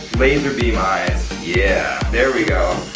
laser beam eyes, yeah, there we go.